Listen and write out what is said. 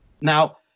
Now